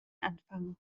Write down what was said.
anfangen